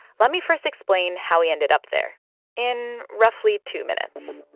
let me first explain how he ended up there in roughly two minutes